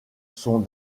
sont